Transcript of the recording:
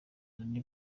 dany